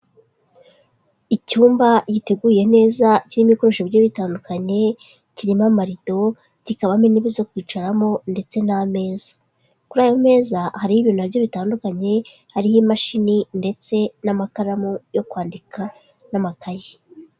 Icyumba giteguye neza kirimo ibikoresho bigiye bitandukanye, kirimo marido, kikabamo intebe zo kwicaramo ndetse n'ameza, kuri ayo meza hariho ibintu na byo bitandukanye, hariho imashini ndetse n'amakaramu yo kwandika n'amakaye.